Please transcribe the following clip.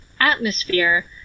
atmosphere